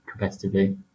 competitively